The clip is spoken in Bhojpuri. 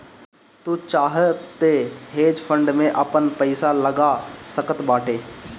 तू चाहअ तअ हेज फंड में आपन पईसा लगा सकत बाटअ